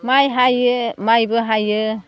माइ हायो माइबो हायो